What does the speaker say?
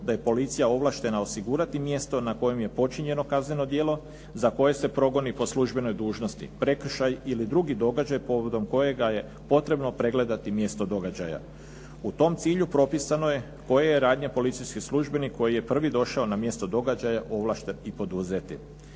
da je policija ovlaštena osigurati mjesto na kojem je počinjeno kazneno djela za koje se progoni po službenoj dužnosti prekršaj ili drugi događaj povodom kojega je potrebno pregledati mjesto događaja. U tom cilju propisano je koje je radnje policijski službenik koji je prvi došao na mjesto događaja ovlašten i poduzeti.